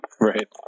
right